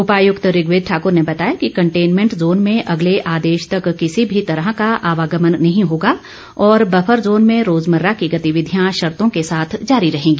उपायुक्त ऋग्वेद ठाकुर ने बताया कि कंटेनमेंट जोन में अगले आदेश तक किसी भी तरह का आवागमन नहीं होगा और बफर जोन में रोजमर्रा को गतिविधियां शर्तों के साथ जारी रहेंगी